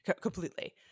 Completely